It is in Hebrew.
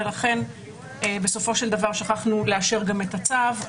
ולכן בסופו של דבר שכחנו לאשר גם את הצו.